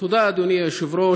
תודה, אדוני היושב-ראש.